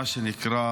מה שנקרא